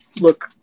look